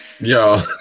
Yo